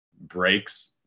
breaks